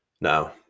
Now